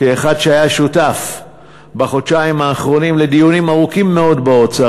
כאחד שהיה שותף בחודשיים האחרונים לדיונים ארוכים מאוד באוצר,